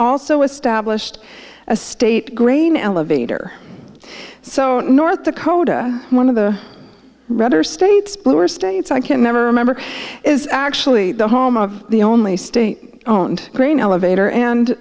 also established a state grain elevator so north dakota one of the redder states bluer states i can never remember is actually the home of the only state owned grain elevator and